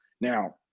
Now